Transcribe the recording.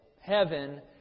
heaven